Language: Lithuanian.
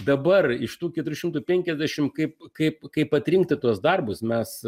dabar iš tų keturių šimtų penkiasdešimt kaip kaip kaip atrinkti tuos darbus mes